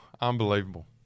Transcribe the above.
Unbelievable